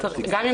גם אם